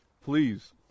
please